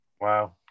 Wow